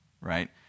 right